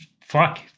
fuck